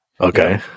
Okay